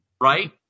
Right